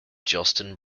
justin